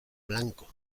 blanco